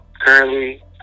Currently